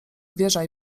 wierzaj